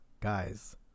guys